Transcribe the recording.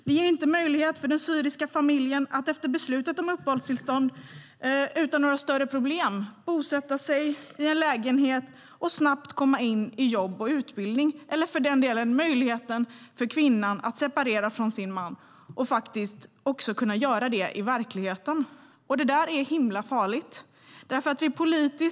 Det ger inte möjlighet för den syriska familjen att efter beslutet om uppehållstillstånd utan några större problem bosätta sig i en lägenhet och snabbt komma in i jobb och utbildning, eller för den delen möjlighet för kvinnan att separera från sin man att faktiskt också kunna göra det i verkligheten. Det där är himla farligt.